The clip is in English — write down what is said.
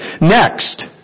Next